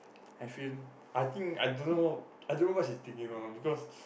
I feel I think I don't know I don't know what she thinking on because